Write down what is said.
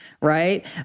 right